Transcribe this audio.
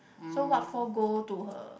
so what for go to her